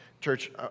Church